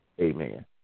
amen